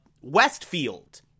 Westfield